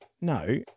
No